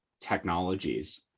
technologies